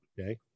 Okay